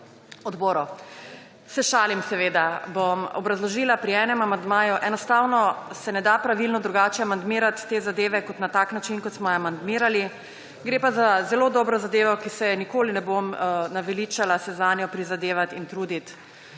odboru. Se šalim, seveda. Bom obrazložila pri enem amandmaju. Enostavno se ne da pravilno drugače amandmirat te zadeve kot na tak način, kot smo jo amandmirali. Gre pa za zelo dobro zadevo, za katero se ne bom nikoli naveličala se prizadevati in truditi.